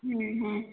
হ্যাঁ হ্যাঁ